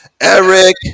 Eric